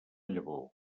llavor